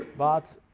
but,